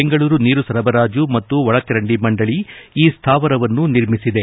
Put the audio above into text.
ಬೆಂಗಳೂರು ನೀರು ಸರಬರಾಜು ಮತ್ತು ಒಳಚರಂದಿ ಮಂದಳಿ ಈ ಸ್ಥಾವರವನ್ನು ನಿರ್ಮಿಸಿದೆ